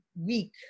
week